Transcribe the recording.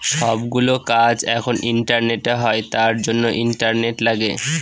সব গুলো কাজ এখন ইন্টারনেটে হয় তার জন্য ইন্টারনেট লাগে